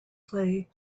play